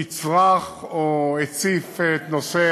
נצרך או הציף את נושא